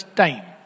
time